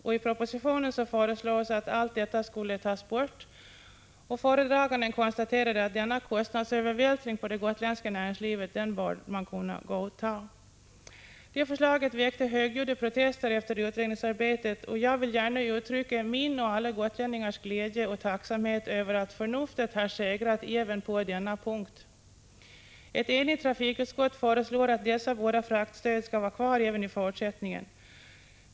I propositionen föreslogs att allt detta skulle tas bort. Föredraganden konstaterar att denna kostnadsövervältring på det gotländska näringslivet bör kunna godtas. Detta förslag väckte högljudda protester efter utredningsarbetet, och jag vill gärna uttrycka min och alla gotlänningars glädje och tacksamhet över att förnuftet har segrat även på denna punkt. Ett enigt trafikutskott föreslår att dessa båda fraktstöd skall vara kvar även i fortsättningen.